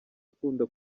akunda